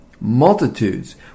multitudes